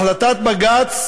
החלטת בג"ץ